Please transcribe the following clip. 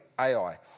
Ai